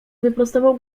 wyprostował